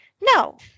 No